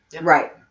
right